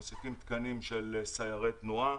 מוסיפים תקנים של סיירי תנועה,